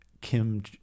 Kim